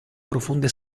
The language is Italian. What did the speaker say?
profonde